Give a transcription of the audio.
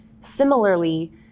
Similarly